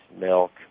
milk